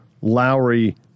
Lowry